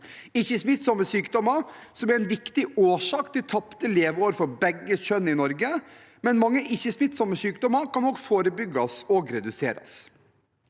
Ikke-smittsomme sykdommer er en viktig årsak til tapte leveår for begge kjønn i Norge, men mange ikke-smittsomme sykdommer kan også forebygges og reduseres.